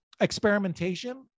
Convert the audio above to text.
experimentation